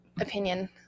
opinion